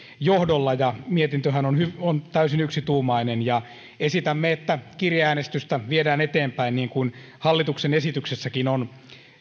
johdolla mietintöhän on on täysin yksituumainen ja esitämme että kirjeäänestystä viedään eteenpäin niin kuin hallituksen esityksessäkin on